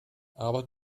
aber